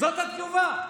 זאת התגובה.